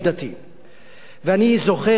ואני זוכר את ההסתה הזו של רבנים.